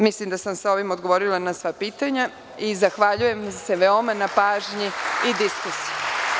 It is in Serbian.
Mislim da sam sa ovim odgovorila na sva pitanja i zahvaljujem se veoma na pažnji i diskusiji.